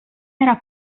era